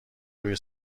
روی